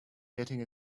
getting